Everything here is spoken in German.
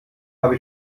habe